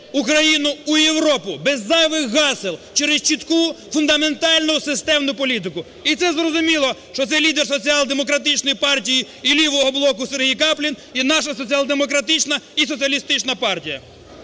Україну у Європу без зайвих гасел, через чітку фундаментальну системну політику. І це зрозуміло, що це лідер соціал-демократичної партії і лівого блоку Сергій Каплін і наша Соціал-демократична і Соціалістична партія.